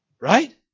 Right